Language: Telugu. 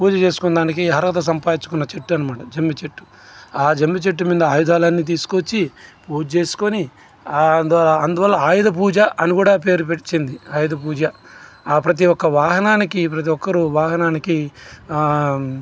పూజ చేసుకున్నదానికి అర్హత సంపాదించుకున్న చెట్టు అన్నమాట ఆ జమ్మిచెట్టు ఆ జమ్మి చెట్టు మీద ఆయుధాలన్నీ తీసుకొచ్చి పూజ చేసుకొని అందు అందువల్ల ఆయుధపూజ అని పేరు కూడా వచ్చింది ఆయుధపూజ ప్రతి యొక్క వాహనానికి ప్రతి ఒక్కరూ వాహనానికి